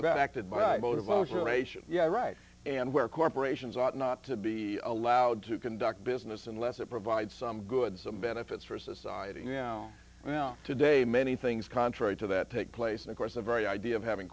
aeration yeah right and where corporations ought not to be allowed to conduct business unless it provides some good some benefits for society now well today many things contrary to that take place and of course the very idea of having